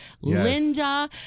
Linda